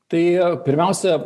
tai pirmiausia